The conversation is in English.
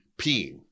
peeing